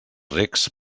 regs